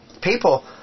people